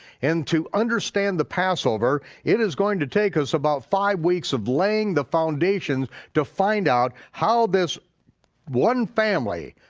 and to understand the passover, it is going to take us about five weeks of laying the foundation to find out how this one family,